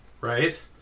right